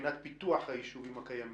מבחינת פיתוח היישובים הקיימים.